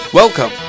Welcome